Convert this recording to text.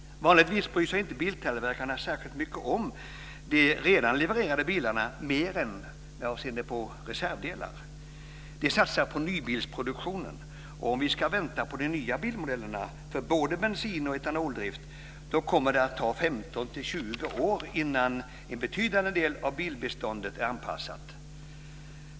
Vanligtvis bryr sig inte biltillverkarna särskilt mycket om de redan levererade bilarna mer än avseende reservdelar. De satsar på nybilsproduktionen. Och om vi ska vänta på de nya bilmodellerna för både bensin och etanoldrift kommer det att ta 15-20 år innan en betydande del av bilbeståndet är anpassat.